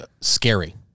scary